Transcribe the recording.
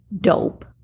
dope